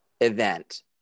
event